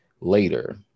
later